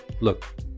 look